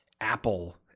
apple